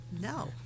No